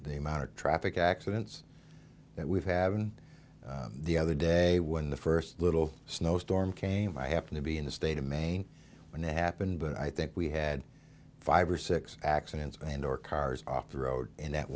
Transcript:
the amount of traffic accidents that we've have and the other day when the first little snowstorm came i happened to be in the state of maine when it happened but i think we had five or six accidents and or cars off the road in that